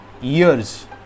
years